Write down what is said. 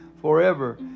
forever